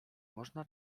można